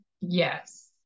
Yes